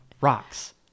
Rocks